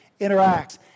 interacts